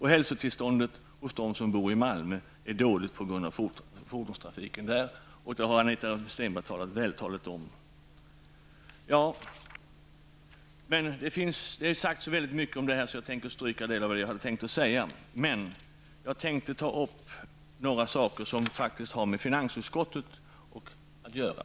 Hälsotillståndet hos dem som bor i Malmö är dåligt på grund av fordonstrafiken. Detta har Anita Stenberg vältaligt redogjort för. Det har sagts så väldigt mycket i denna fråga att jag tänker stryka en del av det jag tänkte säga. Men jag vill ta upp några saker som har med finansutskottet att göra.